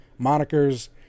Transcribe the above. Monikers